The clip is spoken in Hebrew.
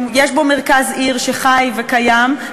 יש בהן מרכז עיר שחי וקיים,